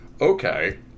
okay